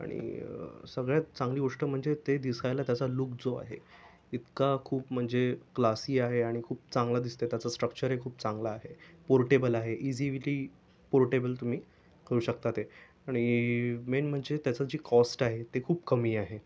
आणि सगळ्यात चांगली गोष्ट म्हणजे ते दिसायला त्याचा लुक जो आहे इतका खूप म्हणजे क्लासी आहे आणि खूप चांगला दिसत आहे आणि त्याचं स्ट्रक्चरही चांगलं आहे पोर्टेबल आहे इजीली पोर्टेबल तुम्ही करू शकता ते आणि मेन म्हणजे त्याचं कॉस्ट आहे ते खूप कमी आहे